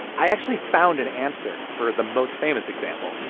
i actually found an answer for the most famous example